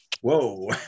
whoa